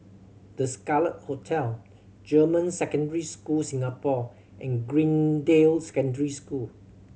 The Scarlet Hotel German Secondary School Singapore and Greendale Secondary School